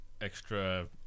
extra